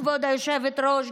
כבוד היושבת-ראש,